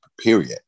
Period